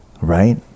right